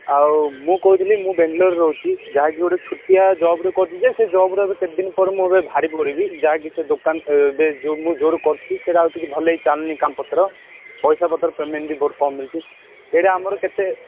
ଆଉ ମୁଁ କହୁଥିଲି ମୁଁ ବାଙ୍ଗାଲୋରରେ ରହୁଛି ଯାହାବି ଗୋଟେ ଛୁଟିଆ ଜବ୍ଟେ କରିଛି ଯେ ସେଇ ଜବ୍ରେ କେତେଦିନ ପରେ ମୁଁ ଏବେ ବାହାରି ପଡ଼ିବି ଯାହାକି ସେ ଦୋକାନ ଏବେ ଯେଉଁ ମୁଁ ଯୋଉର କରୁଛି ସେଇଟା ଆଉ କିଛି ଭଲ କି ଚାଲୁନି କାମପତ୍ର ପଇସାପତ୍ର ପେମେଣ୍ଟ୍ ବି ବହୁତ କମ୍ ମିଳୁଛି ସେଇରା ଆମର କେତେ